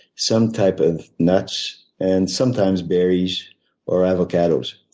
some type of nuts and sometimes berries or avocados.